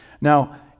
Now